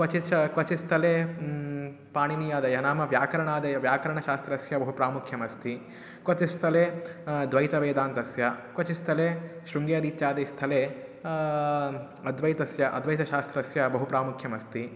क्वचित् श् क्वचित् स्थले पाणिन्यादयः नाम व्याकरणादयः व्याकरणशास्त्रस्य बहु प्रामुख्मस्ति क्वचित्स्थले द्वैतवेदान्तस्य क्वचित्स्थले शृङ्गेरी इत्यादिस्थले अद्वैतस्य अद्वैतशास्त्रस्य बहु प्रामुख्यमस्ति